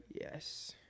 Yes